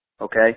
okay